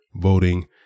voting